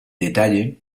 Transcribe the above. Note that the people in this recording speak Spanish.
detalle